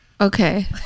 Okay